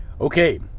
Okay